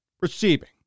receiving